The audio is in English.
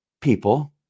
people